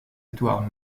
edward